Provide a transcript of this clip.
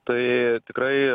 tai tikrai